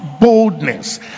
boldness